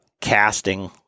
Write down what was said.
casting